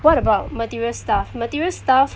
what about material stuff material stuff